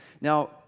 Now